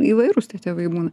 įvairūs tie tėvai būna